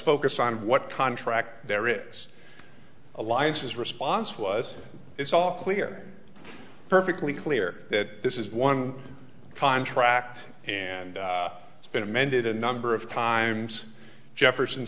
focus on what contract there is a lie is his response was it's all clear perfectly clear that this is one contract and it's been amended a number of times jefferson